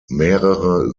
mehrere